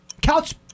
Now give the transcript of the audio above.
Couch